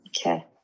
Okay